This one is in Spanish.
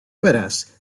verás